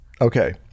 Okay